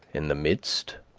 in the midst,